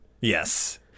yes